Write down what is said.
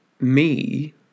Me